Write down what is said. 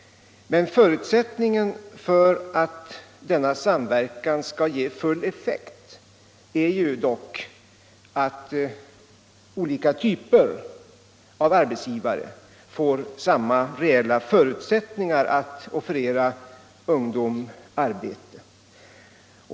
Förutsättningen för att denna samverkan skall ge full effekt är dock att olika typer av arbetsgivare får samma reella möjligheter att erbjuda ungdom arbete.